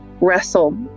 wrestle